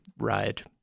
ride